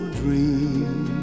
dream